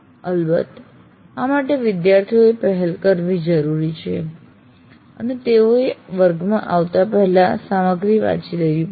અલબત્ત આ માટે વિદ્યાર્થીઓએ પહેલ કરવી જરૂરી છે અને તેઓએ વર્ગમાં આવતા પહેલા સામગ્રી વાંચવી પડશે